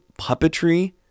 puppetry